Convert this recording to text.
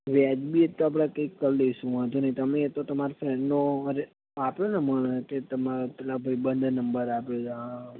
વ્યાજબી તો આપણે કંઈક કરી લઈશું વાંધો નહીં તમે એ તો તમારી ફ્રેન્ડનો અરે આપ્યો ને મને કે તમારા પેલા ભાઈબંધે નંબર આપ્યો છે આ